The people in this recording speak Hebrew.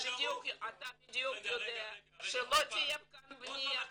אתה בדיוק יודע שלא תהיה כאן בניה --- רגע רגע,